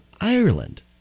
ireland